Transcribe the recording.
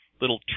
little